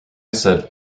said